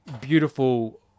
Beautiful